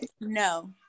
no